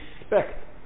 respect